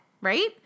right